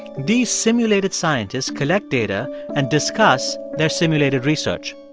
these simulated scientists collect data and discuss their simulated research.